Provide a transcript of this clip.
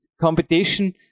competition